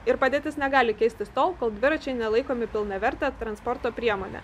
ir padėtis negali keistis tol kol dviračiai nelaikomi pilnavertę transporto priemone